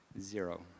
Zero